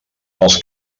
els